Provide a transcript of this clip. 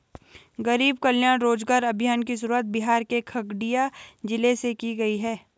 गरीब कल्याण रोजगार अभियान की शुरुआत बिहार के खगड़िया जिले से की गयी है